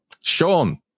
Sean